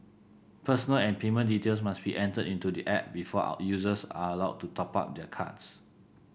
personal and payment details must be entered into the app before users are allowed to top up their cards